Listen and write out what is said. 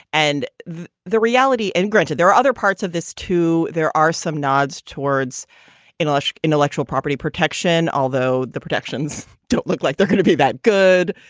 and the the reality and granted, there are other parts of this, too. there are some nods towards english intellectual property protection, although the protections don't look like they're going to be that good.